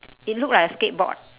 it look like a skateboard